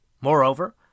Moreover